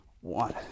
One